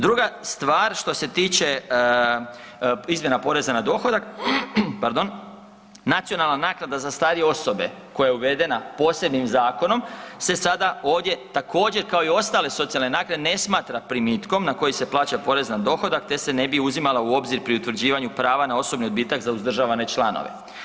Druga stvar što se tiče izmjena poreza na dohodak, nacionalna naknada za starije osobe koja je uvedena posebnim zakonom se sada ovdje također kao i ostale socijalne naknade ne smatra primitkom na koji se plaća porez na dohodak, te se ne bi uzimala u obzir pri utvrđivanju prava na osobni odbitak za uzdržavane članove.